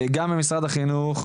גם ממשרד החינוך,